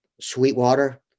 Sweetwater